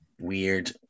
weird